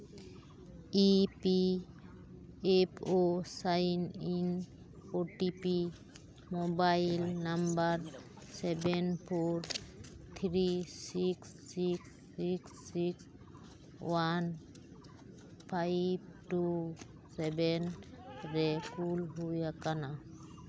E P F O sign in O T P mobile number seven four three six six eight six one five two seven ᱨᱮ ᱠᱩᱞ ᱦᱩᱭ ᱟᱠᱟᱱᱟ